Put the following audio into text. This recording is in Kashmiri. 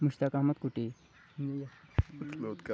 مُشتاق احمد کُٹے